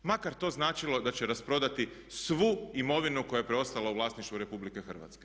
Makar to značilo da će rasprodati svu imovinu koja je ostala u vlasništvu RH.